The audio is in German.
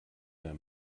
der